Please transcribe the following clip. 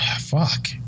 Fuck